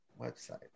website